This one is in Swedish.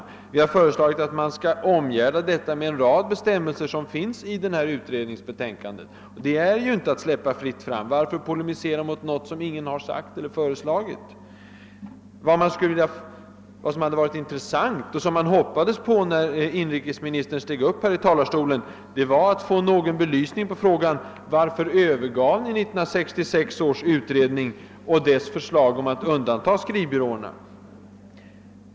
Vi har tvärtom föreslagit att denna verksamhet skall omgärdas med en rad bestämmelser, vilka också finns med i utredningens betänkande. Varför polemisera mot något som ingen har sagt eller föreslagit? Vad som hade varit intressant och som man hoppades på när inrikesministern steg upp i talarstolen, var att han skulle ge en belysning av frågan varför man övergav 1966 års utredning med dess förslag att undanta skrivbyråerna från förbud mot förmedlingsverksamhet.